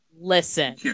Listen